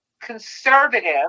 conservative